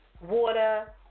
Water